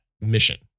mission